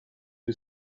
who